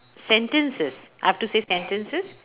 sentences I have to say sentences